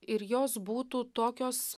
ir jos būtų tokios